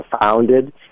founded